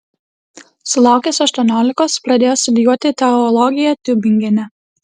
sulaukęs aštuoniolikos pradėjo studijuoti teologiją tiubingene